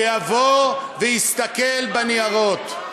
שיבוא ויסתכל בניירות.